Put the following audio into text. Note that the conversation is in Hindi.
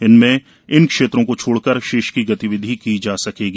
इनमें उन क्षेत्रों को छोड़कर शेष में गतिविधि की जा सकेगी